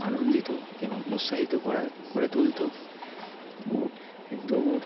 আনন্দিত এবং উৎসাহিত করা করে তুলতো দৌড়